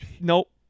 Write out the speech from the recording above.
nope